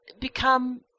become